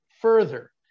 further